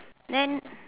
then